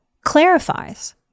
clarifies